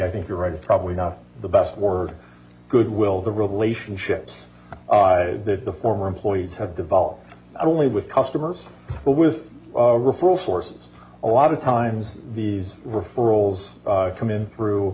i think you're right it's probably not the best word goodwill the relationships the former employees have devolved only with customers but with referral sources a lot of times the referrals come in through